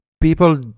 People